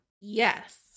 Yes